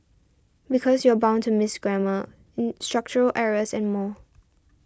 because you're bound to miss grammar structural errors and more